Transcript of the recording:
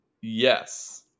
Yes